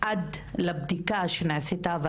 עד לבדיקה שנעשתה,